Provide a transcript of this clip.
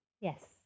Yes